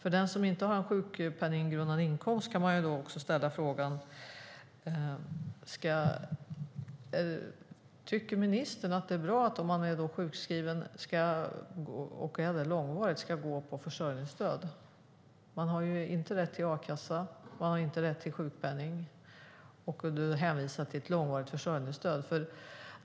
Tycker ministern att det är bra att den som inte har en sjukpenninggrundande inkomst och är sjukskriven, även långvarigt, ska gå på försörjningsstöd? Man har inte rätt till a-kassa, inte rätt till sjukpenning och blir hänvisad till ett långvarigt försörjningsstöd.